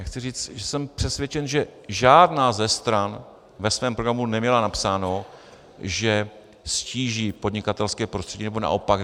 Chci říct, že jsem přesvědčen, že žádná ze stran ve svém programu neměla napsáno, že ztíží podnikatelské prostředí nebo naopak.